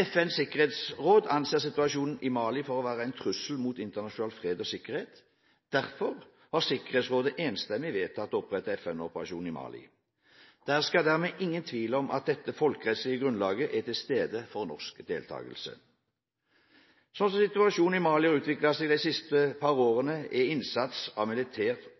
FNs sikkerhetsråd anser situasjonen i Mali for å være en trussel mot internasjonal fred og sikkerhet. Derfor har Sikkerhetsrådet enstemmig vedtatt å opprette en FN-operasjon i Mali. Det hersker dermed ingen tvil om at det folkerettslige grunnlaget er til stede for norsk deltakelse. Slik situasjonen i Mali har utviklet seg de siste par årene, er innsats av